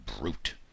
brute